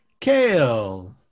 Kale